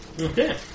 Okay